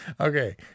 Okay